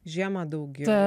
žiemą daugiau